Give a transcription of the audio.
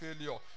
failure